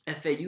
FAU